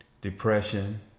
depression